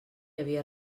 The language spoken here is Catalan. havia